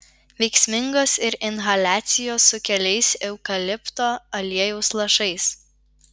veiksmingos ir inhaliacijos su keliais eukalipto aliejaus lašais